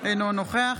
אינו נכח